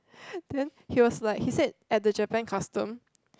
then he was like he say at the Japan custom